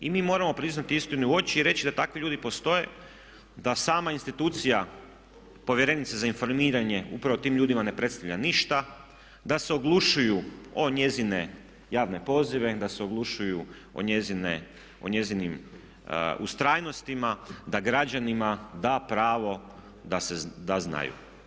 I mi moramo priznati istinu u oči i reći da takvi ljudi postoje, da sama institucija povjerenice za informiranje upravo tim ljudima ne predstavlja ništa, da se oglušuju o njezine javne pozive, da se oglušuju o njezinim ustrajnostima, da građanima da pravo da znaju.